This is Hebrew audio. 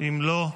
אם לא,